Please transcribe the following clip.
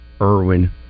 Irwin